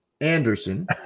Anderson